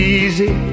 easy